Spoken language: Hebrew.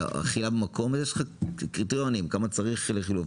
יש לך קריטריונים כמה צריך להיות,